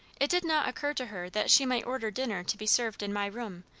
it did not occur to her that she might order dinner to be served in my room,